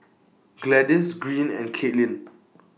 Gladis Greene and Caitlynn